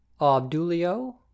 Abdulio